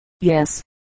Yes